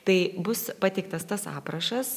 tai bus pateiktas tas aprašas